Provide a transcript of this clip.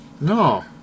No